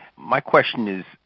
my question is,